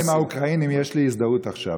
עם האוקראינים יש לי הזדהות עכשיו,